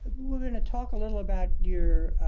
we're gonna talk a little about your